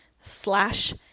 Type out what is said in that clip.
slash